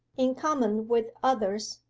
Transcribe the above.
in common with others,